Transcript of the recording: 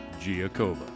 giacoba